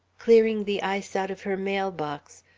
clearing the ice out of her mail box,